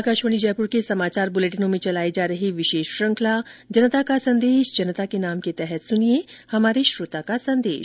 आकाशवाणी जयपुर के समाचार बुलेटिनों में चलाई जा रही विशेष श्रुखंला जनता का संदेश जनता के नाम के तहत सुनिये हमारे श्रोता का संदेश